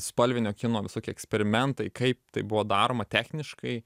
spalvinio kino visokie eksperimentai kaip tai buvo daroma techniškai